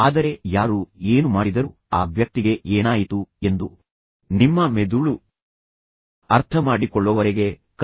ಆದರೆ ಯಾರು ಏನು ಮಾಡಿದರು ಆ ವ್ಯಕ್ತಿಗೆ ಏನಾಯಿತು ಎಂದು ನಿಮ್ಮ ಮೆದುಳು ಅರ್ಥಮಾಡಿಕೊಳ್ಳೊವರೆಗೆ ಕಥೆಯು ಪೂರ್ಣಗೊಂಡಿರುತ್ತದೆ